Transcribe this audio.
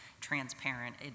transparent